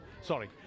sorry